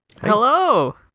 Hello